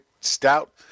stout